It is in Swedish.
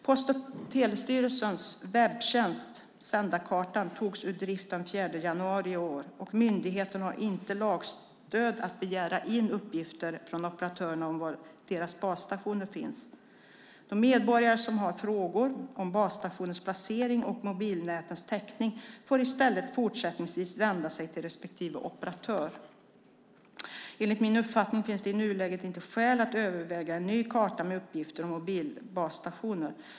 Post och telestyrelsens webbtjänst Sändarkartan togs ur drift den 4 januari i år, och myndigheten har inte lagstöd att begära in uppgifter från operatörerna om var deras basstationer finns. De medborgare som har frågor om basstationers placering och mobilnätens täckning får i stället fortsättningsvis vända sig till respektive operatör. Enligt min uppfattning finns det i nuläget inte skäl att överväga en ny karta med uppgifter om mobilbasstationer.